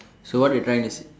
so what they are trying to s~